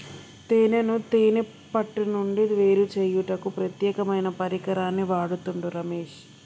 తేనెను తేనే పట్టు నుండి వేరుచేయుటకు ప్రత్యేకమైన పరికరాన్ని వాడుతుండు రమేష్